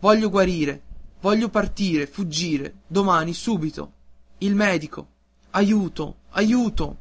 voglio guarire voglio vivere partire fuggire domani subito il medico aiuto aiuto